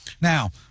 Now